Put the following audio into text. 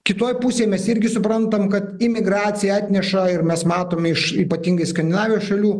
kitoj pusėj mes irgi suprantam kad imigracija atneša ir mes matom iš ypatingai skandinavijos šalių